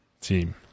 Team